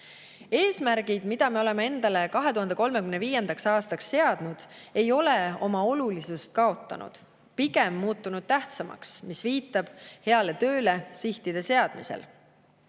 Eesmärgid, mida me oleme endale 2035. aastaks seadnud, ei ole oma olulisust kaotanud, pigem on need muutunud tähtsamaks, ja see viitab heale tööle sihtide seadmisel.